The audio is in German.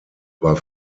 war